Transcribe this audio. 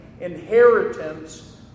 inheritance